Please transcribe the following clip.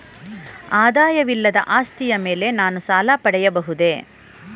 ಆದಾಯವಿಲ್ಲದ ಆಸ್ತಿಯ ಮೇಲೆ ನಾನು ಸಾಲ ಪಡೆಯಬಹುದೇ?